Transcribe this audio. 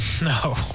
no